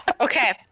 Okay